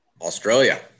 Australia